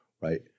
right